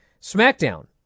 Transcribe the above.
SmackDown